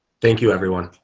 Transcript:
thank you everyone.